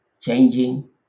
changing